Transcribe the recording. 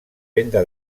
venda